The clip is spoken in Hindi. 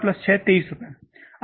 यह 17 प्लस 6 23 रुपये है